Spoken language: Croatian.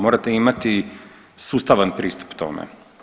Morate imati sustavan pristup tome.